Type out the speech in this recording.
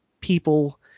people